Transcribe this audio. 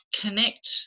connect